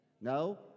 No